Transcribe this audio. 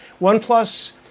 OnePlus